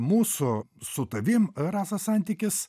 mūsų su tavim rasa santykis